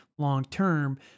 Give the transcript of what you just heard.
long-term